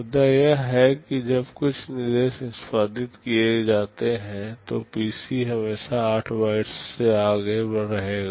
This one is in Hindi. मुद्दा यह है कि जब कुछ निर्देश निष्पादित किए जाते हैं तो पीसी हमेशा 8 बाइट्स से आगे रहेगा